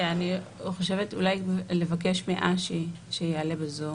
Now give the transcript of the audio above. אני חושבת, אולי לבקש מאשי שיעלה בזום.